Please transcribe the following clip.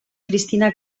cristina